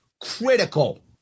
critical